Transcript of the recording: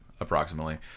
approximately